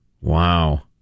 Wow